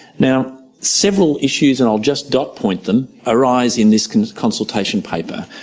now several issues, and i'll just dot point them, arise in this kind of consultation papers.